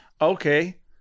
Okay